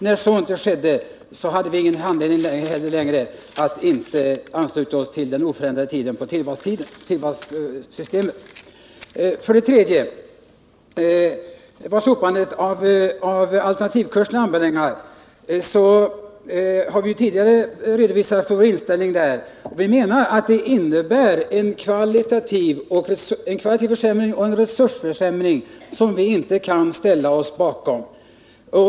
När så inte skedde hade vi inte längre anledning att inte ansluta oss till den oförändrade tiden när det gäller tillvalssystemet. För det tredje har vi ju tidigare redovisat vår inställning beträffande slopandet av alternativkurserna. Vi menar att det skulle innebära en kvalitativ försämring och en resursförsämring som vi inte kan ställa oss bakom.